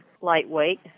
lightweight